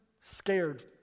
scared